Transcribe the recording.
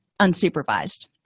unsupervised